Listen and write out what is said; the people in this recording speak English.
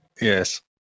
Yes